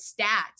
stats